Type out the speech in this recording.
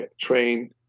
train